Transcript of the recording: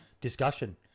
discussion